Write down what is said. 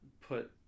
put